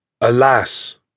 Alas